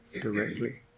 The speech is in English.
directly